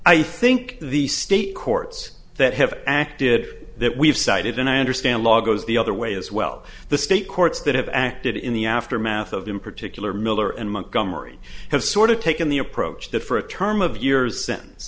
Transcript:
i think the state courts that have acted that we've cited and i understand law goes the other way as well the state courts that have acted in the aftermath of in particular miller and montgomery have sort of taken the approach that for a term of years s